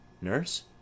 Nurse